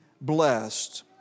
blessed